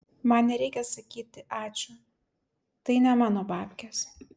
man nereikia sakyti ačiū tai ne mano babkės